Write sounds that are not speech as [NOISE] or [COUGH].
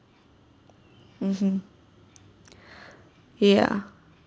mmhmm [BREATH] ya